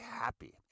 happy